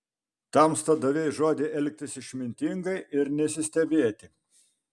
tamsta davei žodį elgtis išmintingai ir nesistebėti